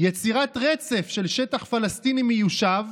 יצירת רצף של שטח פלסטיני מיושב